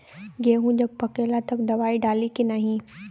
गेहूँ जब पकेला तब दवाई डाली की नाही?